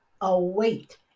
Await